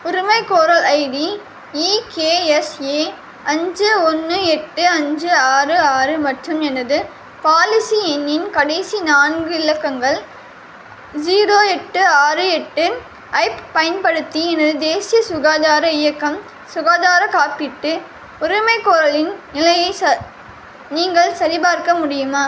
உரிமைகோரல் ID E K S A அஞ்சு ஒன்று எட்டு அஞ்சு ஆறு ஆறு மற்றும் எனது பாலிசி எண்ணின் கடைசி நான்கு இலக்கங்கள் ஜீரோ எட்டு ஆறு எட்டு ஐப் பயன்படுத்தி எனது தேசிய சுகாதார இயக்கம் சுகாதார காப்பீட்டு உரிமைகோரலின் நிலையை நீங்கள் சரிபார்க்க முடியுமா